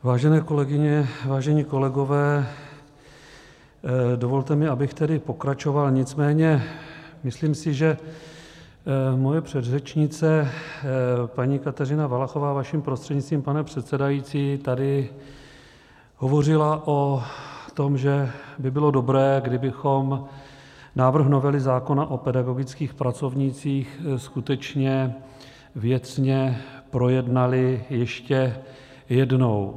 Vážené kolegyně, vážení kolegové, dovolte mi, abych tedy pokračoval, nicméně myslím si, že moje předřečnice paní Kateřina Valachová vaším prostřednictvím, pane předsedající, tady hovořila o tom, že by bylo dobré, kdybychom návrh novely zákona o pedagogických pracovnících skutečně věcně projednali ještě jednou.